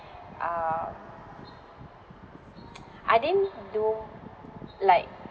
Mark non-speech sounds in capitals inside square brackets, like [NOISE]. um [NOISE] I didn't do like